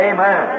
Amen